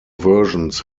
versions